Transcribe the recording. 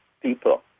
people